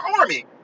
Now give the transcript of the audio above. army